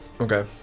Okay